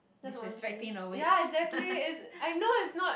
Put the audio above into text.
that's one thing ya exactly is I know it's not